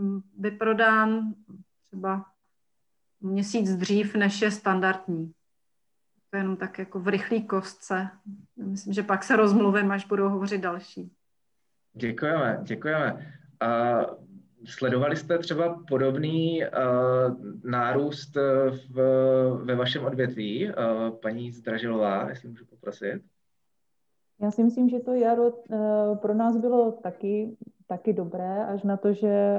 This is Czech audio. vyprodán třeba měsíc dřív, než je standardní. To jenom tak jako v rychlý kostce. Myslím, že pak se rozmluvím, až budou hovořit další. Děkujeme, děkujeme. A sledovali jste třeba podobný, e, nárůst, e, v- ve vašem odvětví, e, paní Zdražilová, jestli můžu poprosit? Já si myslím, že to jaro, e, pro nás bylo taky- taky dobré, až na to, že